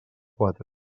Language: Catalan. quatre